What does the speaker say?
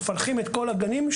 מפלחים את כל הגנים.